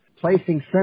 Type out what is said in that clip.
placing